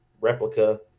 replica